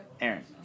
Aaron